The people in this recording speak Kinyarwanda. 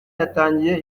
yatangiye